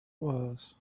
was